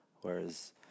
Whereas